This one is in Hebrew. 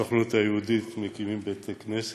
בסוכנות היהודית מקימים בתי-כנסת?